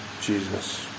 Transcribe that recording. Jesus